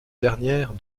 dernière